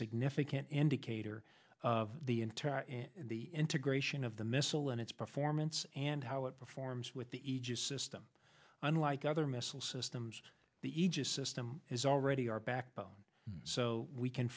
significant indicator of the inter the integration of the missile and its performance and how it performs with the aegis them unlike other missile systems the aegis system is already our backbone so we can